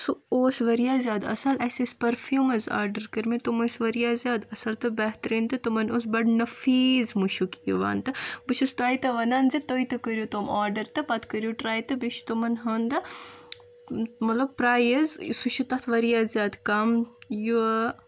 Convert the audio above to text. سُہ اوس واریاہ زیادٕ اصل اسہِ ٲسۍ پٔرفیٖومٕز آرڈر کٔرۍ مٕتۍ تم ٲسۍ واریاہ زیادٕ اصل تہٕ بہتریٖن تہٕ تمن اوس بڑٕ نفیٖز مُشک یوان تہٕ بہٕ چھس تۄہہِ تہِ ونان زِ تُہۍ تہِ کٔرِو تم آرڈر تہٕ پتہٕ کٔرو ٹراے تہٕ بیٚیہِ چھُ تمن ہُندٕ مطلب پرایِز سُہ چھُ تتھ واریاہ زیادٕ کم یہِ